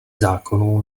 zákonů